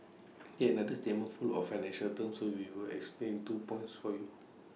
yet another statement full of financial terms so we will explain two points for you